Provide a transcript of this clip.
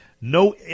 No